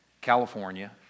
California